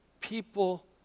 people